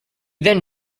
then